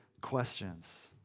questions